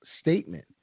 statement